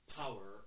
power